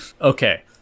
Okay